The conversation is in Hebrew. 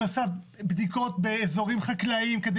היא עושה בדיקות באזורית חקלאיים כדי